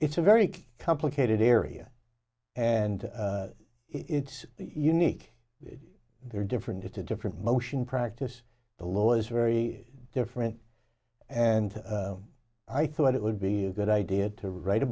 it's a very complicated area and it's unique they're different it's a different motion practice the law is very different and i thought it would be a good idea to write a